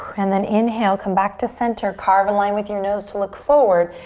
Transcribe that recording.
and then inhale, come back to center. carve a line with your nose to look forward.